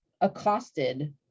accosted